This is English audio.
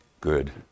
good